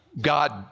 God